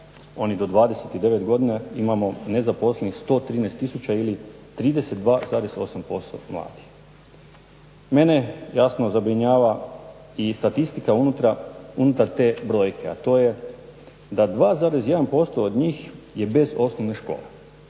oni do 29 godina imamo nezaposlenih 113 000 ili 32,8% mladih. Mene jasno zabrinjava i statistika unutar te brojke, a to je da 2,1% od njih je bez osnovne škole.